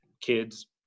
kids